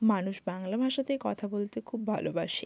মানুষ বাংলা ভাষাতে কথা বলতে খুব ভালোবাসে